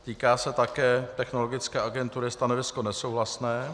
Týká se také Technologické agentury, stanovisko nesouhlasné.